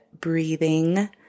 breathing